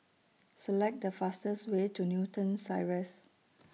Select The fastest Way to Newton Cirus